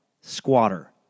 squatter